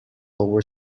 lower